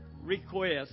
request